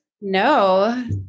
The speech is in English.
No